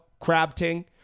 crabting